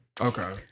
Okay